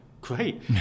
great